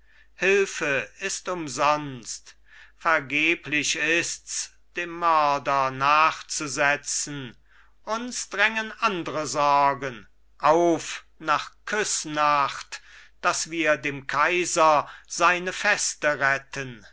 hülfe ist umsonst vergeblich ist's dem mörder nachzusetzen uns drängen andre sorgen auf nach küssnacht dass wir dem kaiser seine feste retten